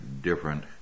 different